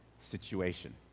situation